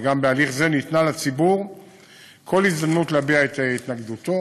וגם בהליך זה ניתנה לציבור כל הזדמנות להביע את התנגדותו.